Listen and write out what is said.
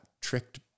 tricked